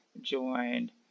joined